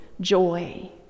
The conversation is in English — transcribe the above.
joy